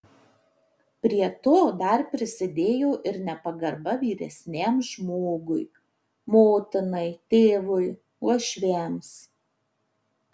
prie to dar prisidėjo ir nepagarba vyresniam žmogui motinai tėvui uošviams